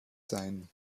sein